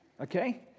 Okay